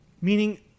meaning